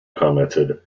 commented